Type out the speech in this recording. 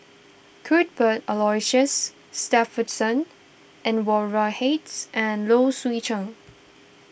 Cuthbert Aloysius Shepherdson Anwarul Hate and Low Swee Chen